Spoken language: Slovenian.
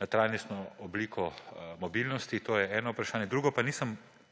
na trajnostno obliko mobilnosti. To je eno vprašanje. Drugo pa nisem